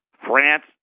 France